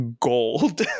gold